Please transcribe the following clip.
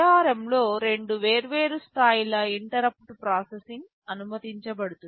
ARM లో రెండు వేర్వేరు స్థాయిల ఇంటరుప్పుట్ ప్రాసెసింగ్ అనుమతించబడుతుంది